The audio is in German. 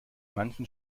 manchen